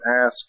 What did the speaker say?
ask